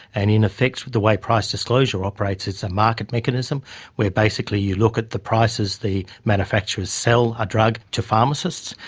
and in effect the way price disclosure operates is a market mechanism where basically you look at the prices the manufacturers sell a drug to pharmacists.